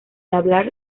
hablar